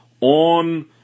on